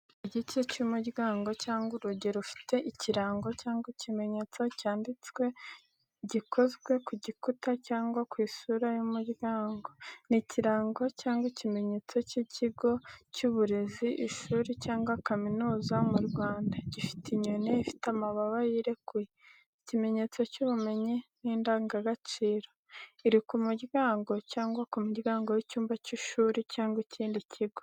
Igice cy’umuryango cyangwa urugi rufite ikirango cyangwa ikimenyetso cyanditseho gikozwe ku gikuta cyangwa ku isura y’umuryango. Ni ikirango cyangwa ikimenyetso cy’ikigo cy’uburezi ishuri cyangwa kaminuza mu Rwanda, gifite inyoni ifite amababa yirekuye, ikimenyetso cy’ubumenyi n’indangagaciro. Iri ku muryango cyangwa ku muryango w’icyumba cy’ishuri cyangwa ikindi kigo.